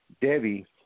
Debbie